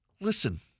Listen